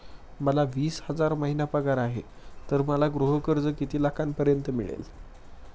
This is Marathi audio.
मला वीस हजार महिना पगार आहे तर मला गृह कर्ज किती लाखांपर्यंत मिळेल?